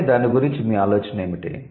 కాబట్టి దాని గురించి మీ ఆలోచన ఏమిటి